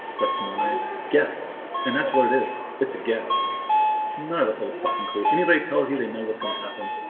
that's my guess and that's what it is it's a guess none of us have a fucking clue anybody tells you they know what's gonna happen.